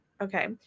Okay